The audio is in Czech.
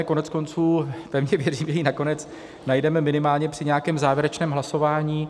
Koneckonců pevně věřím, že ji nakonec najdeme minimálně při nějakém závěrečném hlasování.